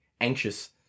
anxious